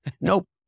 nope